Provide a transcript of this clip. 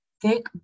thick